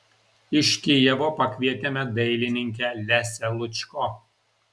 iš kijevo pakvietėme dailininkę lesią lučko